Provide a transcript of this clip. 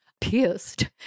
pierced